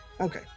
Okay